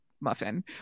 muffin